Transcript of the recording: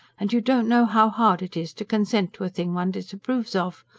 and you don't know how hard it is to consent to a thing one disapproves of.